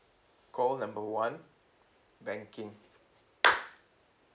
call number one banking